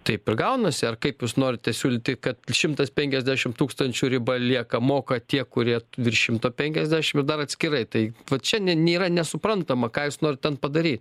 taip ir gaunasi ar kaip jūs norite siūlyti kad šimtas penkiasdešimt tūkstančių riba lieka moka tie kurie virš šimto penkiasdešim ir dar atskirai tai vat čia nėra nesuprantama ką jūs norit ten padaryt